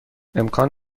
امکان